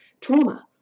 trauma